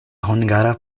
hungara